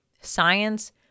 science